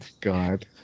god